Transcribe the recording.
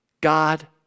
God